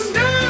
no